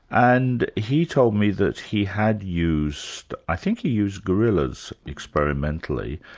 and he told me that he had used, i think he used gorillas experimentally,